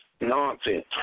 nonsense